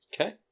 okay